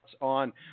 on